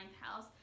house